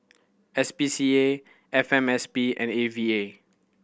S P C A F M S P and A V A